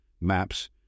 maps